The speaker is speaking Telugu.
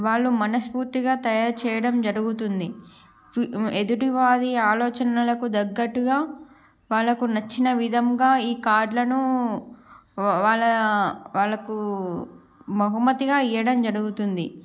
వాళ్ళు మనస్ఫూర్తిగా తయారు చేయడం జరుగుతుంది ఎదుటివారి ఆలోచనలకు తగ్గట్టుగా వాళ్ళకు నచ్చిన విధంగా ఈ కార్డులను వాళ్ళ వాళ్ళకు బహుమతిగా ఇవ్వడం జరుగుతుంది